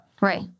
Right